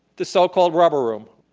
the so-called rubber room,